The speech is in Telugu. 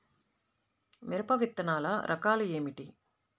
మిరప విత్తనాల రకాలు ఏమిటి?